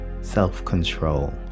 self-control